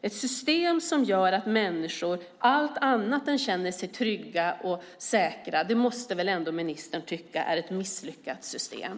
Ett system som gör att människor känner sig allt annat än trygga och säkra måste väl ändå ministern tycka är ett misslyckat system?